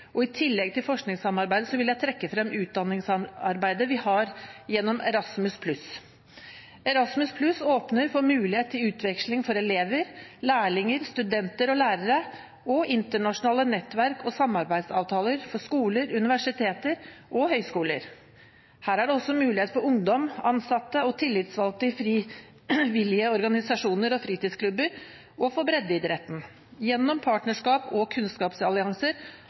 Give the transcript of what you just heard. og i tillegg til forskningssamarbeidet vil jeg trekke frem utdanningssamarbeidet vi har gjennom Erasmus+. Erasmus+ åpner for mulighet til utveksling for elever, lærlinger, studenter og lærere, og internasjonale nettverk og samarbeidsavtaler for skoler, universiteter og høyskoler. Her er det også muligheter for ungdom, ansatte og tillitsvalgte i frivillige organisasjoner og fritidsklubber – og for breddeidretten. Gjennom partnerskap og kunnskapsallianser